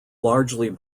largely